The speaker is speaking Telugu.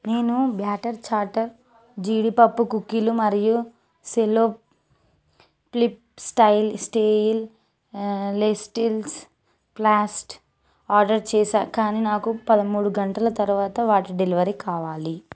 నేను బ్యాటర్ చాటర్ జీడిపప్పు కుకీలు మరియు cello flip style stainless steels flask order చేశా కానీ నాకు పదమూడు గంటలు తరువాత వాటి డెలివరీ కావాలి